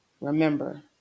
Remember